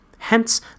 Hence